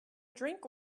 drink